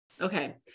Okay